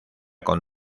con